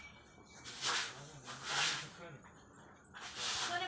ಕಡಮಿ ಖರ್ಚನ್ಯಾಗ್ ಸಾವಯವ ಭೂಮಿಯಲ್ಲಿ ನಾನ್ ಕಾಯಿಪಲ್ಲೆ ಹೆಂಗ್ ಬೆಳಿಯೋದ್?